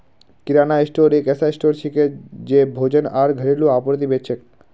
किराना store एक ऐसा store छिके जे भोजन आर घरेलू आपूर्ति बेच छेक